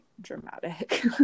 dramatic